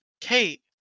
Kate